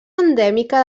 endèmica